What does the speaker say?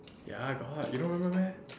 ya got you don't remember meh